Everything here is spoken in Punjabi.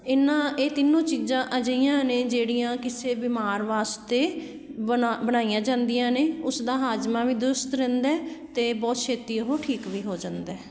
ਇਹਨਾਂ ਇਹ ਤਿੰਨੋਂ ਚੀਜ਼ਾਂ ਅਜਿਹੀਆਂ ਨੇ ਜਿਹੜੀਆਂ ਕਿਸੇ ਬਿਮਾਰ ਵਾਸਤੇ ਬਣਾ ਬਣਾਈਆਂ ਜਾਂਦੀਆਂ ਨੇ ਉਸਦਾ ਹਾਜ਼ਮਾ ਵੀ ਦਰੁਸਤ ਰਹਿੰਦਾ ਅਤੇ ਬਹੁਤ ਛੇਤੀ ਉਹ ਠੀਕ ਵੀ ਹੋ ਜਾਂਦਾ